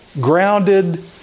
grounded